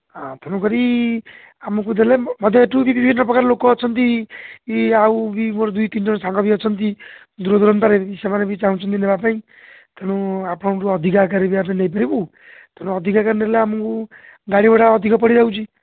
ହଁ ତେଣୁ କରି ଆମକୁ ଦେଲେ ମଧ୍ୟ ଏଇଠୁ ବିଭିନ୍ନପ୍ରକାର ଲୋକ ଅଛନ୍ତି ଇ ଆଉ ବି ମୋର ଦୁଇ ତିନି ଜଣ ସାଙ୍ଗ ବି ଅଛନ୍ତି ଦୂରଦୂରାନ୍ତରରେ ବି ସେମାନେ ବି ଚାହୁଁଛନ୍ତି ନେବା ପାଇଁ ତେଣୁ ଆପଣଙ୍କଠୁ ଅଧିକା ଆକାରେ ବି ଆମେ ନେଇପାରିବୁ ତେଣୁ ଅଧିକା ଆକାରେ ନେଲେ ଆମକୁ ଗାଡ଼ିଭଡ଼ା ଅଧିକ ପଡ଼ିଯାଉଛି